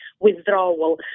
withdrawal